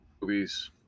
movies